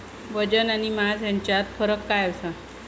वजन आणि मास हेच्यात फरक काय आसा?